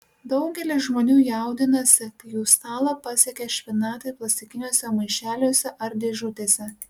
daugelis žmonių jaudinasi kai jų stalą pasiekia špinatai plastikiniuose maišeliuose ar dėžutėse